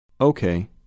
Okay